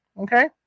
Okay